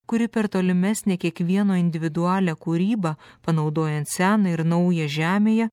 kuri per tolimesnę kiekvieno individualią kūrybą panaudojant seną ir naują žemėje